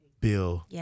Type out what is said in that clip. bill